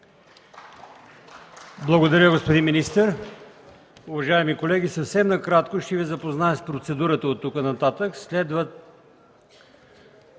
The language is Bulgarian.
Благодаря, господин министър. Уважаеми колеги, съвсем накратко ще Ви запозная с процедурата оттук нататък. Следват